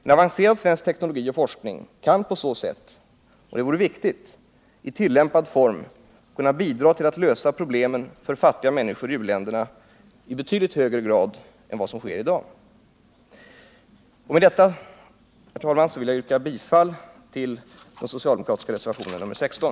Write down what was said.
En avancerad svensk teknologi och forskning kan på så sätt — och det vore viktigt — i tillämpad form bidra till att lösa problemen för fattiga människor i u-länderna i betydligt högre grad än vad som sker i dag. Med detta, herr talman, vill jag yrka bifall till den socialdemokratiska reservationen 16.